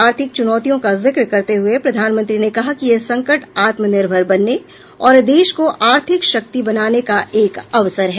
आर्थिक चुनौतियों का जिक्र करते हुए प्रधानमंत्री ने कहा कि यह संकट आत्मनिर्भर बनने और देश को आर्थिक शक्ति बनाने का एक अवसर है